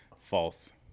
False